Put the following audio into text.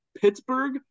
Pittsburgh